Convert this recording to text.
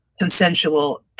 consensual